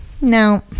No